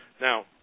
Now